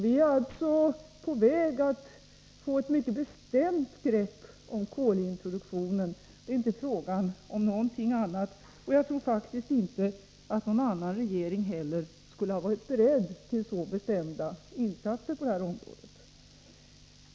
Vi är alltså på väg att få ett mycket bestämt grepp om kolintroduktionen — det är inte fråga om någonting annat. Jag tror faktiskt inte att någon annan regering heller skulle ha varit beredd till så bestämda insatser på det här området.